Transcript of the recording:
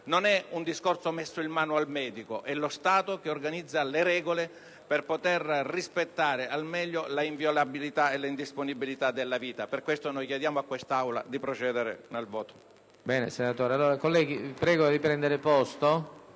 Non è uno strumento messo in mano al medico: è lo Stato che organizza le regole per poter rispettare al meglio l'inviolabilità e l'indisponibilità della vita. Per questo chiediamo all'Aula di procedere